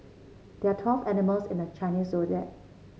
there are twelve animals in the Chinese Zodiac